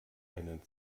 einen